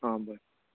हां बरें